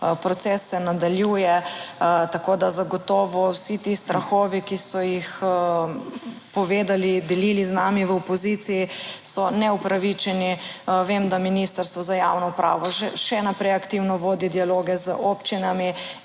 proces se nadaljuje. Tako, da zagotovo vsi ti strahovi, ki so jih povedali, delili z nami v opoziciji, so neupravičeni. Vem, da Ministrstvo za javno upravo še naprej aktivno vodi dialoge z občinami